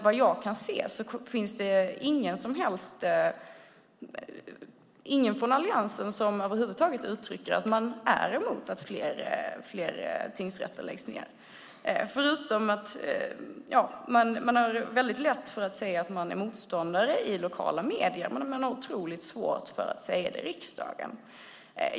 Vad jag kan se finns ingen från Alliansen som över huvud taget uttrycker att man är emot att fler tingsrätter läggs ned. Det är lätt att säga att man är motståndare i lokala medier, men det är otroligt svårt att säga det i riksdagen.